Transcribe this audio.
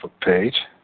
page